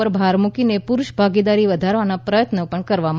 ઉપર ભાર મૂકીને પુરુષ ભાગીદારી વધારવા પ્રયત્નો કરવાં